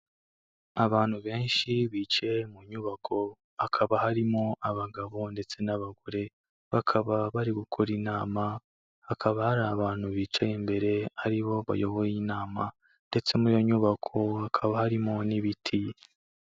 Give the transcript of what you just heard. Abantu benshi bicaye mu nyubako, hakaba harimo abagabo ndetse n'abagore, bakaba bari gukora inama, hakaba hari abantu bicaye imbere, aribo bayoboye inama, ndetse muri iyo nyubako hakaba harimo n'ibiti.